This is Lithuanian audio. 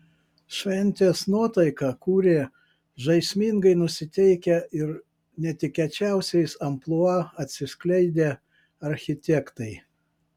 šventės nuotaiką kūrė žaismingai nusiteikę ir netikėčiausiais amplua atsiskleidę architektai